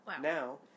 Now